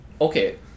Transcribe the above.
okay